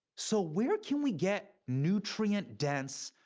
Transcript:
so where can we get nutrient-dense,